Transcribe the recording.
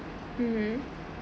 mmhmm